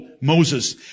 Moses